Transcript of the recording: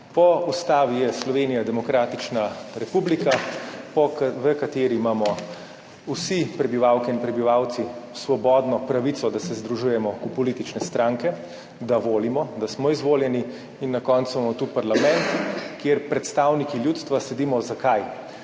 Po ustavi je Slovenija demokratična republika, v kateri imamo vsi prebivalke in prebivalci svobodno pravico, da se združujemo v politične stranke, da volimo, da smo izvoljeni in na koncu imamo tu v parlament, kjer predstavniki ljudstva sedimo – zakaj?